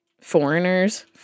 foreigners